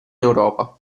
europa